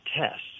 tests